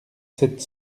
sept